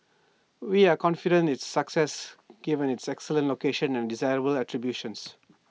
we are confident its success given its excellent location and desirable attributes